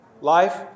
Life